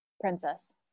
Princess